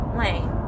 lane